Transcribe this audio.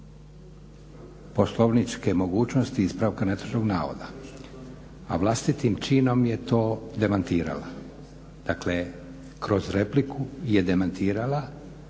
poslovničke mogućnosti ispravka netočnog navoda. A vlastitim činom je to demantirala. Dakle, kroz repliku je demantirala